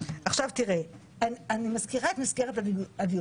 אני מזכירה את מסגרת הדיון,